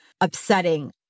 upsetting